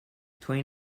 twenty